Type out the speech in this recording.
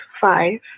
five